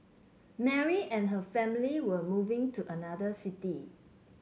Mary and her family were moving to another city